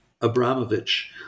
Abramovich